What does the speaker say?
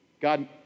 God